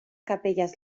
capelles